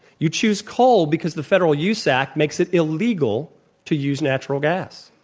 you choose coal because the federal use act makes it illegal to use natural gas.